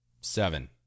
Seven